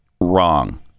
wrong